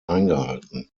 eingehalten